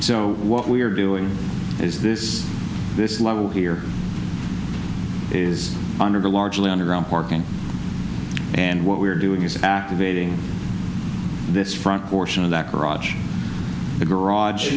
so what we're doing is this this level here is under the largely underground parking and what we're doing is activating this front portion of that garage the garage